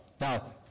Now